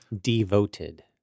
Devoted